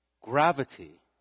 gravity